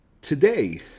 today